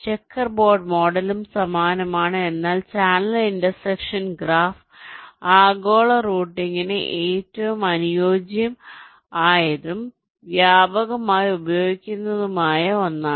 checker board മോഡലും സമാനമാണ് എന്നാൽ ചാനൽ ഇന്റർസെക്ഷൻ ഗ്രാഫ് ആഗോള റൂട്ടിംഗിന് ഏറ്റവും അനുയോജ്യമായതും വ്യാപകമായി ഉപയോഗിക്കുന്നതുമായ ഒന്നാണ്